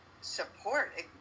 support